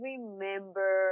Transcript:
remember